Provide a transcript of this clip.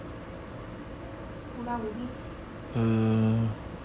pulau ubin